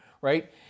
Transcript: right